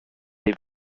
des